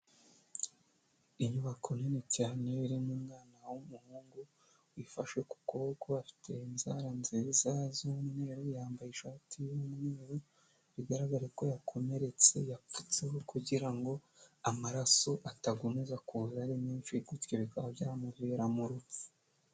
Inyubako nini cyane irimo umwana w'umuhungu wifashe ku kuboko afite inzara nziza z'umweru, yambaye ishati y'umweru bigaragara ko yakomeretse yapfutseho kugira ngo amaraso atakomeza kuza ari menshi gutyo bikaba byamuviramo urupfu.